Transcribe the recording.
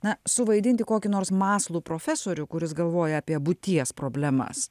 na suvaidinti kokį nors mąslų profesorių kuris galvoja apie būties problemas